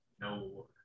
no